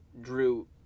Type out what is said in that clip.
drew